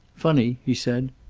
funny, he said.